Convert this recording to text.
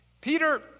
Peter